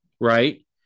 right